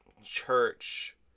church